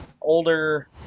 older